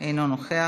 אינו נוכח,